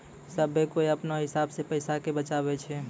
सभ्भे कोय अपनो हिसाब से पैसा के बचाबै छै